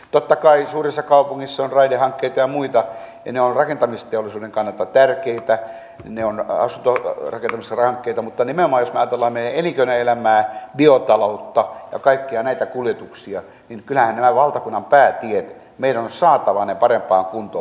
totta kai suurissa kaupungeissa on raidehankkeita ja muita ja ne ovat rakentamisteollisuuden kannalta tärkeitä ne ovat asuntorakentamishankkeita mutta nimenomaan jos ajattelemme meidän elinkeinoelämäämme biotaloutta ja kaikkia näitä kuljetuksia niin kyllähän nämä valtakunnan päätiet meidän on saatava parempaan kuntoon